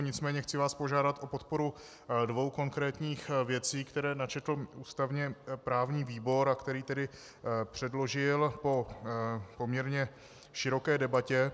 Nicméně chci vás požádat o podporu dvou konkrétních věcí, které načetl ústavněprávní výbor a které předložil po poměrně široké debatě.